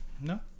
No